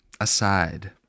aside